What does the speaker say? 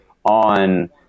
on